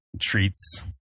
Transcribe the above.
treats